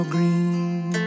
Green